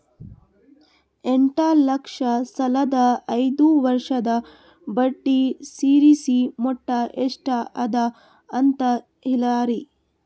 ಎಂಟ ಲಕ್ಷ ಸಾಲದ ಐದು ವರ್ಷದ ಬಡ್ಡಿ ಸೇರಿಸಿ ಮೊತ್ತ ಎಷ್ಟ ಅದ ಅಂತ ಹೇಳರಿ?